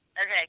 okay